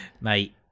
Mate